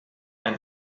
and